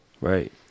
Right